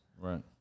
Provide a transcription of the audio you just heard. Right